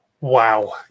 wow